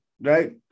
right